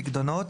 פיקדונות",